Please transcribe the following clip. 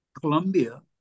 Colombia